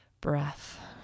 breath